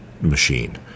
machine